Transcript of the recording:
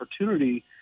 opportunity